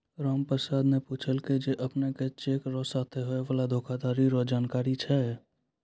रामप्रसाद न पूछलकै जे अपने के चेक र साथे होय वाला धोखाधरी रो जानकारी छै?